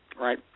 right